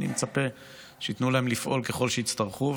אני מצפה שייתנו להם לפעול ככל שיצטרכו,